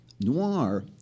Noir